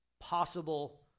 possible